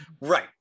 right